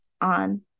on